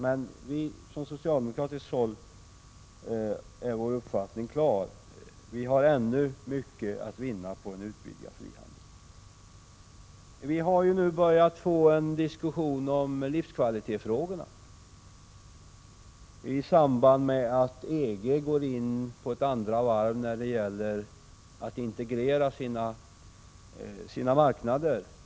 Men från socialdemokratiskt håll har vi vår uppfattning klar. Vi har ännu mycket att vinna på en utvidgad frihandel. Vi har börjat få en diskussion om livskvalitetsfrågorna i samband med att EG går in i ett andra varv när det gäller att integrera sina marknader.